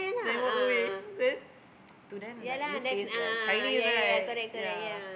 then walk away then to them like lose face right Chinese right ya